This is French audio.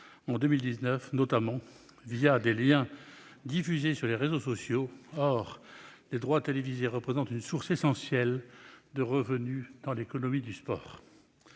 en 2019, notamment des liens diffusés sur les réseaux sociaux. Or les droits télévisés représentent une source essentielle de revenus dans l'économie du sport.